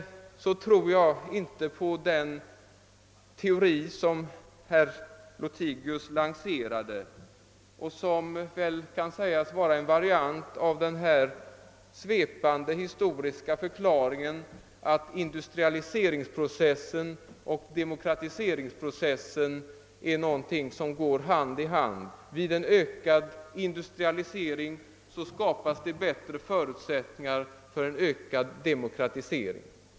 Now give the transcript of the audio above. Jag tror inte på den teori herr Lothigius lanserade och som väl kan sägas vara en variant av den där svepande historiska förklaringen att industrialiseringsprocessen och demokratiseringsprocessen går hand i hand; vid en ökad industrialisering skapas det bättre förutsättning för en ökad demokratisering.